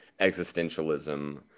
existentialism